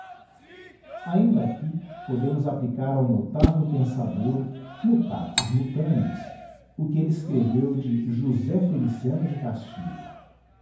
ainda aqui podemos applicar ao notável pensador mutatis mutandis o que elle escreveu de josé feliciano de castilho